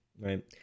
right